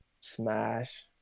Smash